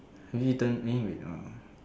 have you eaten anyway uh